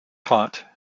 taught